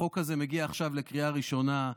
החוק הזה מגיע עכשיו לקריאה ראשונה.